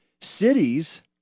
cities